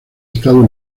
estado